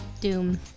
Doom